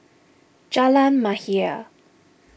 Jalan Mahir